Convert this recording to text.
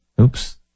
Oops